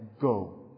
Go